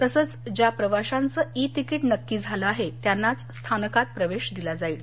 तसंच ज्या प्रवाशांचं ई तिकीट नक्की झालं आहे त्यांनाच स्थानकात प्रवेश दिला जाईल